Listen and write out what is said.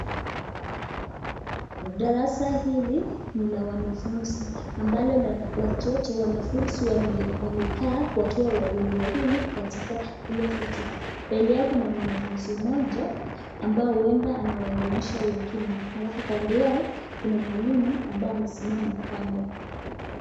Darasa hili ni la wanafunzi, ambalo watoto wanafunzi wamekaa wakiwa wawili wawili katika hilo viti, mbele yao kuna mwanafunzi mmoja ambaye huenda anawaelimisha wengine. Halafu kando yake kuna mwalimu ambaye amesimama kando.